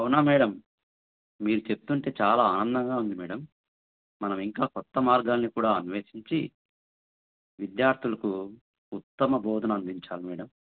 అవునా మేడం మీరు చెప్తు ఉంటే చాలా ఆనందంగా ఉంది మేడం మనం ఇంకా కొత్త మార్గాల్ని కూడా అన్వేషించి విద్యార్థులకు ఉత్తమ బోధన అందించాలి మేడం